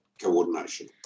coordination